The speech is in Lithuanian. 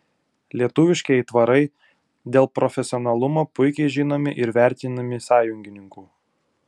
lietuviški aitvarai dėl profesionalumo puikiai žinomi ir vertinami sąjungininkų